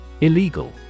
Illegal